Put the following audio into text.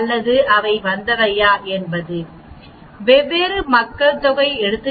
அல்லது அவை வெவ்வேறு மக்கள்தொகை இடமிருந்து வந்தனவா